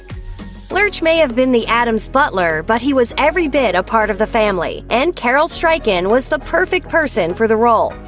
lurch may have been the addams' butler, but he was every bit a part of the family. and carel struycken was the perfect person for the role.